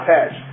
Patch